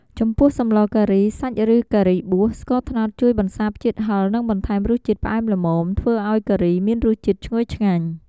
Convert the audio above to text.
ចំពោះសម្លការីសាច់ឬការីបួស ស្ករត្នោតជួយបន្សាបជាតិហឹរនិងបន្ថែមរសជាតិផ្អែមល្មម ធ្វើឱ្យការីមានរសជាតិឈ្ងុយឆ្ងាញ់។